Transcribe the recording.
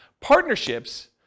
partnerships